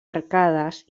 arcades